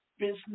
business